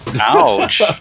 Ouch